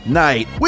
night